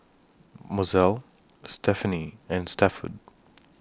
Mozelle Stephenie and Stafford